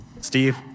Steve